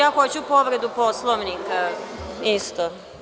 Ja hoću povredu Poslovnika isto.